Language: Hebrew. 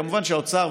כמובן שהאוצר,